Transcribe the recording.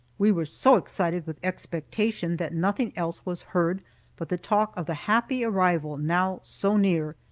we were so excited with expectation that nothing else was heard but the talk of the happy arrival, now so near.